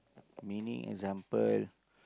meaning example